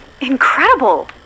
incredible